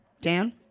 Dan